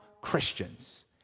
Christians